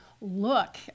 look